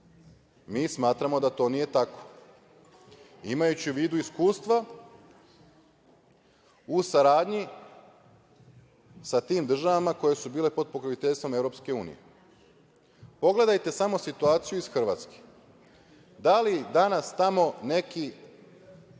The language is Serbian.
Mi smatramo da to nije tako, imajući u vidu iskustva u saradnji sa tim državama koje su bile pod pokroviteljstvom Evropske unije. Pogledajte samo situaciju iz Hrvatske. Da li danas tamo neki